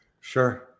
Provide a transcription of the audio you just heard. Sure